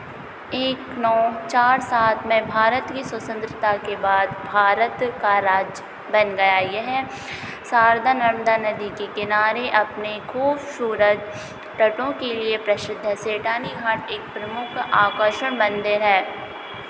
एक नौ चार सात में भारत की स्वतंत्रता के बाद भारत का राज्य बन गया यह शारदा नर्मदा नदी के किनारे अपने को सूरज तटों के लिए प्रसिद्ध है सेठानी वहाँ का एक प्रमुख आकर्षण मंदिर है